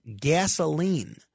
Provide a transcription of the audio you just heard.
gasoline